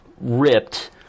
ripped